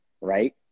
Right